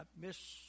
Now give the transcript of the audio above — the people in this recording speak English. miss